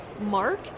mark